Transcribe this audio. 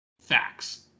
Facts